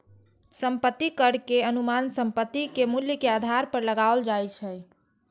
संपत्ति कर के अनुमान संपत्ति के मूल्य के आधार पर लगाओल जाइ छै